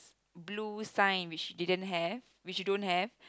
blue sign which didn't have which you don't have